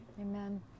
Amen